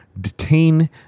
detain